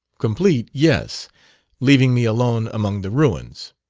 complete, yes leaving me alone among the ruins.